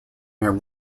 their